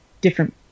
different